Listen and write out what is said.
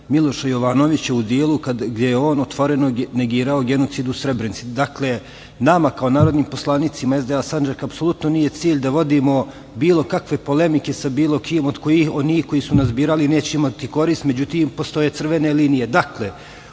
Miloša Jovanovića u delu kada je on otvoreno negirao genocid u Srebrenici. Dakle, nama kao narodnim poslanicima SDA Sandžaka apsolutno nije cilj da vodimo bilo kakve polemike sa bilo kim od kojih oni koji su nas birali neće imati korist, međutim, postoje crvene linije. Dakle,